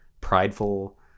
prideful